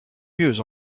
mieux